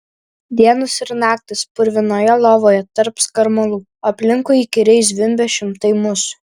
dienos ir naktys purvinoje lovoje tarp skarmalų aplinkui įkyriai zvimbia šimtai musių